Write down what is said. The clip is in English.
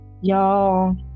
Y'all